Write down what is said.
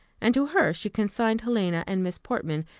and to her she consigned helena and miss portman,